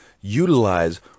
utilize